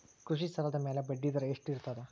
ಕೃಷಿ ಸಾಲದ ಮ್ಯಾಲೆ ಬಡ್ಡಿದರಾ ಎಷ್ಟ ಇರ್ತದ?